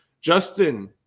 Justin